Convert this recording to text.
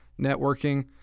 networking